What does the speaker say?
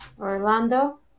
Orlando